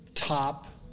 top